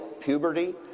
puberty